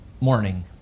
morning